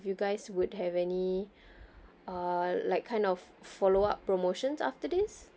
you guys would have any uh like kind of follow up promotions after this